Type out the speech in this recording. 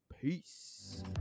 Peace